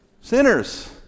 Sinners